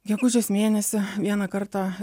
gegužės mėnesį vieną kartą